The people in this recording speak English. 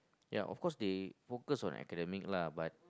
ya of course they focus on academic lah but